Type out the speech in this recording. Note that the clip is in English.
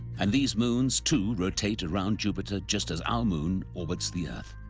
and these moons, too, rotate around jupiter, just as our moon orbits the earth.